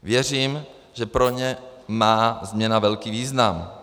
Věřím, že pro ně má změna velký význam.